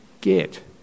get